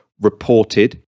reported